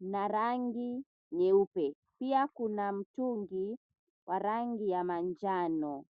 na rangi nyeupe. Pia kuna mtungi wa rangi ya manjano.